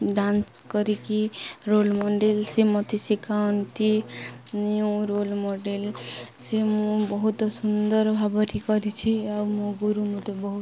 dance କରିକି role model ସେ ମୋତେ ଶିଖାନ୍ତି ନିୟୁ ରୋଲ୍ ମଡ଼େଲ ସେ ମୁଁ ବହୁତ ସୁନ୍ଦର ଭାବରେ କରିଛି ଆଉ ମୋ ଗୁରୁ ମୋତେ ବହୁତ